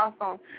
awesome